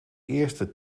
eerste